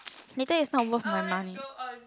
later is not worth my money